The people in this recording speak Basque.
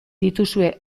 dituzue